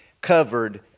covered